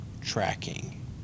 tracking